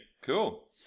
Cool